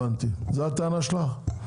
הבנתי, זו הטענה שלך?